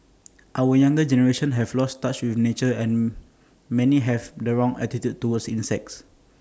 our younger generation has lost touch with nature and many have the wrong attitude towards insects